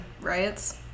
riots